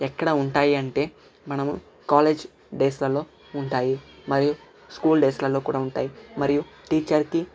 ఎక్కడ ఉంటాయంటే మనము కాలేజ్ డేస్ లలో ఉంటాయి మరియు స్కూల్ డేస్ లలో కూడా ఉంటాయి మరియు టీచర్ కి